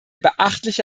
beachtliche